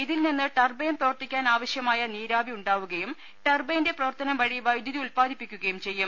ഇതിൻ നിന്ന് ടർബൈൻ പ്രവർത്തിക്കാനാവശ്യമായ നീരാവി ഉണ്ടാവുകയും ടർബൈന്റെ പ്രവർത്തനം വഴി വൈദ്യുതി ഉൽപ്പാദിപ്പിക്കുകയും ചെയ്യും